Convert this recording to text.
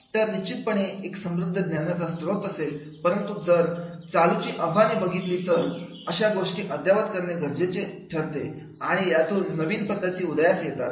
तर निश्चितपणे एक समृद्ध ज्ञानाचा स्त्रोत असेल परंतु जर चालू ची आव्हाने बघितली तर अशा गोष्टी अद्यावत करणे गरजेचे ठरते आणि यातून नवीन पद्धती उदयास येतात